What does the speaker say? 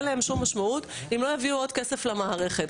אין להן שום משמעות אם לא יביאו עוד כסף למערכת,